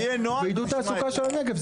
מו"פ ועידוד תעסוקה של הנגב?